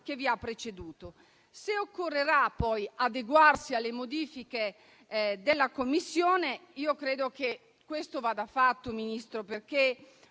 che vi ha preceduto. Se occorrerà poi adeguarsi alle modifiche della Commissione, credo che questo vada fatto, Ministro. Forse